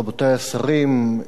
רבותי השרים,